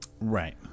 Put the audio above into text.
right